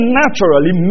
naturally